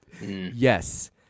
Yes